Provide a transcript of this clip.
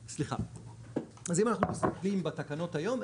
אז אם אנחנו מסתכלים בתקנות היום,